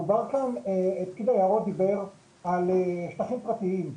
פקיד היערות דיבר על שטחים פרטיים.